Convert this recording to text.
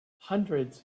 hundreds